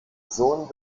sohn